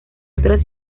otras